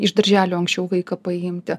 iš darželio anksčiau vaiką paimti